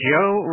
Joe